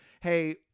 hey